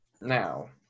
Now